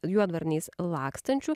juodą juodvarniais lakstančių